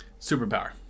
Superpower